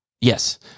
yes